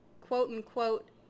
Quote-unquote